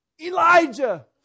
Elijah